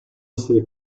essere